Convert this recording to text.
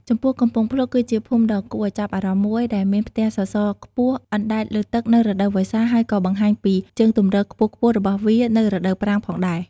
ចំពោះកំពង់ភ្លុក គឺជាភូមិដ៏គួរឱ្យចាប់អារម្មណ៍មួយដែលមានផ្ទះសសរខ្ពស់ៗអណ្ដែតលើទឹកនៅរដូវវស្សា ហើយក៏បង្ហាញពីជើងទម្រខ្ពស់ៗរបស់វានៅរដូវប្រាំងផងដែរ។